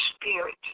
spirit